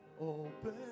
Open